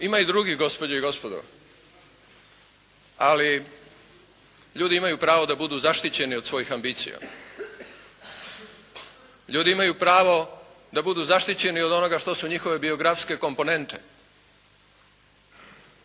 Ima i drugih gospođe i gospodo ali ljudi imaju pravo da budu zaštićeni od svojih ambicija. Ljudi imaju pravo da budu zaštićeni od onoga što su njihove biografske komponente.